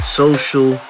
social